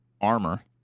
armor